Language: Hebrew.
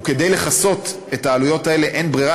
וכדי לכסות את העלויות האלה אין ברירה